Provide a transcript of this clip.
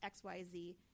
xyz